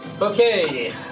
Okay